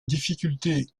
difficulté